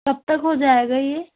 کب تک ہو جائے گا یہ